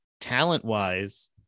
talent-wise